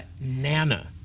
Nana